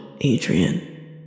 Adrian